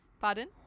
Pardon